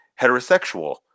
heterosexual